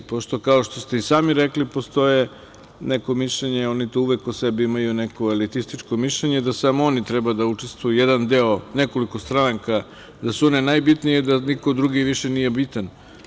Kao što ste i sami rekli, postoji neko mišljenje, oni tu uvek po sebi imaju neko elitističko mišljenje da samo oni treba da učestvuju, jedan deo, nekoliko stranaka, da su one najbitnije i da niko drugi više nije bitan.